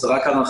זה רק הנחה,